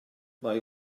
mae